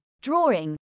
drawing